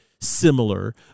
similar